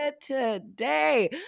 today